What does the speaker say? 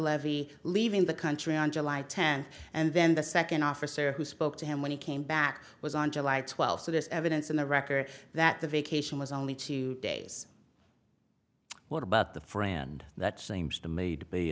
levy leaving the country on july tenth and then the second officer who spoke to him when he came back was on july twelfth so this evidence in the record that the vacation was only two days what about the friend that seems to made t